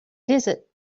desert